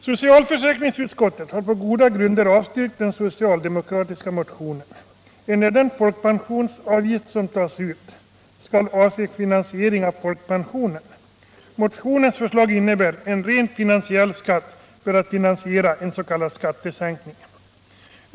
Socialförsäkringsutskottet har på goda grunder avstyrkt den socialdemokratiska motionen, enär den folkpensionsavgift som tas ut skall avse finansiering av folkpensionen. Motionsförslaget innebär en rent finansiell skatt för att finansiera en s.k. skattesänkning.